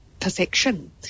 perfection